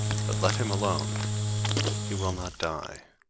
but let him alone he will not die.